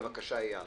בבקשה, איל.